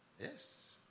Yes